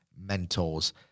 mentors